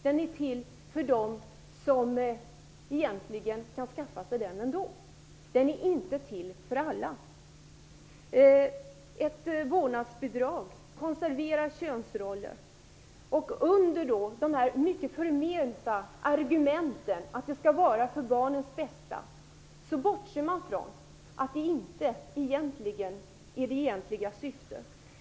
Den är till för dem som kan skaffa sig den ändå. Den är inte till för alla. Vårdnadsbidraget konserverar könsroller. Under de mycket förmenta argumenten att vårdnadsbidraget är till för barnets bästa bortser man från att det inte är det egentliga syftet.